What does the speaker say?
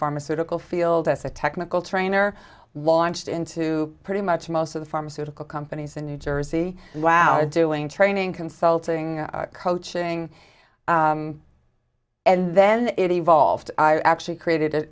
pharmaceutical field as a technical trainer launched into pretty much most of the pharmaceutical companies in new jersey wow doing training consulting coaching and then it evolved i actually created